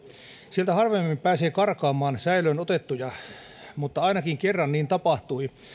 sieltä harvemmin pääsee karkaamaan säilöön otettuja mutta ainakin kerran niin tapahtui